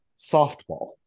softball